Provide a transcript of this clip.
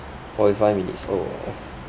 forty five minutes oh